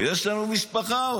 יש לנו עוד משפחה.